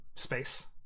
space